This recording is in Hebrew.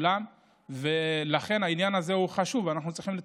שעה 11:00 תוכן העניינים מסמכים שהונחו על